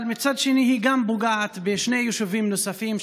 אבל מצד שני היא פוגעת בשני יישובים נוספים,